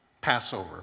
Passover